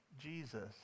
Jesus